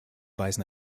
weisen